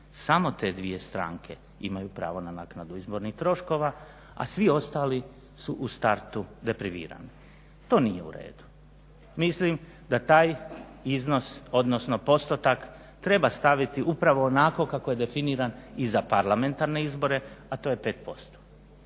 samo te dvije stranke imaju pravo na naknadu izbornih troškova, a svi ostali su u startu deprivirani. To nije u redu. Mislim da taj iznos, odnosno postotak treba staviti upravo onako kako je definiran i za parlamentarne izbore a to je 5%.